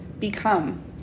become